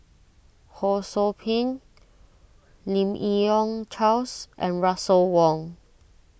Ho Sou Ping Lim Yi Yong Charles and Russel Wong